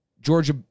Georgia